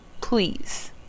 Please